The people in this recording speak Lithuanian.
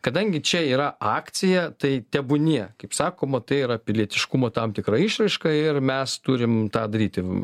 kadangi čia yra akcija tai tebūnie kaip sakoma tai yra pilietiškumo tam tikra išraiška ir mes turim tą daryti